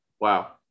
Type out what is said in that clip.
Wow